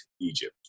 Egypt